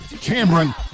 Cameron